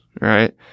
right